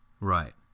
Right